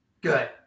Good